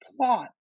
plot